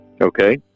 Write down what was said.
Okay